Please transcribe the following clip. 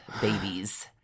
babies